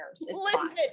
Listen